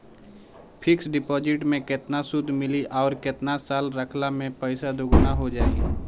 Fix deposit मे केतना सूद मिली आउर केतना साल रखला मे पैसा दोगुना हो जायी?